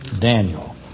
Daniel